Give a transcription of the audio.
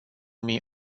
mii